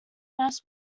mass